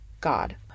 God